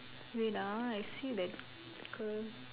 wait ah I see that girl